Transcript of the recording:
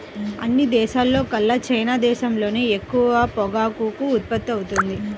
అన్ని దేశాల్లోకెల్లా చైనా దేశంలోనే ఎక్కువ పొగాకు ఉత్పత్తవుతుంది